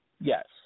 Yes